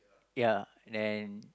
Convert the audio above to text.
ya and